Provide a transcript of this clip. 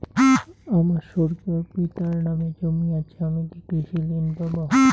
আমার স্বর্গীয় পিতার নামে জমি আছে আমি কি কৃষি লোন পাব?